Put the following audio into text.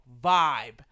vibe